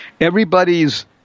Everybody's